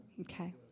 Okay